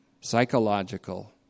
psychological